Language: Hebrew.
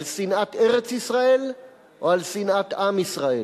על שנאת ארץ-ישראל או על שנאת עם ישראל?